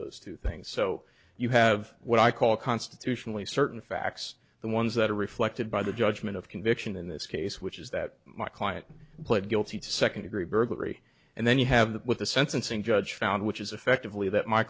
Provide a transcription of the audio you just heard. those two things so you have what i call constitutionally certain facts the ones that are reflected by the judgment of conviction in this case which is that my client pled guilty to second degree burglary and then you have that with the sentencing judge found which is effectively that my